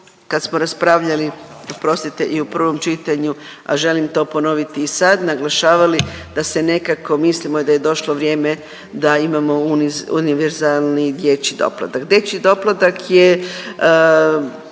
kad smo raspravljali, oprostite i u prvom čitanju, a želim to ponoviti i sad naglašavali da se nekako mislimo da je došlo vrijeme da imamo univerzalni dječji doplatak.